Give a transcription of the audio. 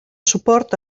suport